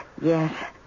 Yes